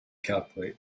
calculate